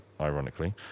ironically